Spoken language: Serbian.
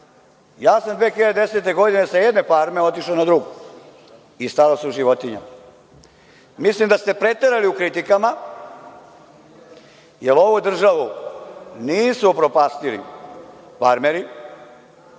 Ja sam 2010. godine sa jedne farme otišao na drugu i spavao sa životinjama. Mislim da ste preterali u kritikama, jer ovu državu nisu upropastili farmeri